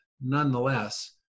nonetheless